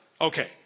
Okay